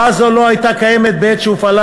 הוראה זו לא הייתה קיימת בעת שהופעלה